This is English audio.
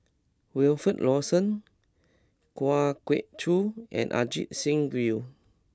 Wilfed Lawson Kwa Geok Choo and Ajit Singh Gill